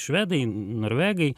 švedai norvegai